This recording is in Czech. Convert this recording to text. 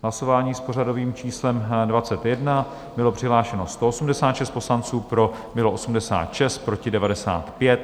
V hlasování s pořadovým číslem 21 bylo přihlášeno 186 poslanců, pro bylo 86, proti 95.